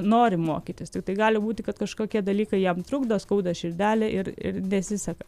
nori mokytis tiktai gali būti kad kažkokie dalykai jam trukdo skauda širdelę ir ir nesiseka